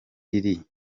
riri